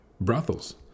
brothels